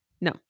No